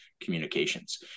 communications